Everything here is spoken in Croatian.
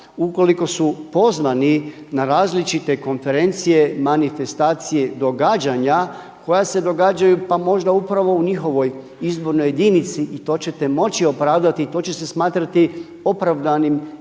ukoliko su pozvani na različite konferencije, manifestacije, događanja koja se događaju pa možda upravo u njihovoj izbornoj jedinici i to ćete moći opravdati i to će se smatrati opravdanim